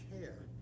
care